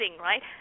right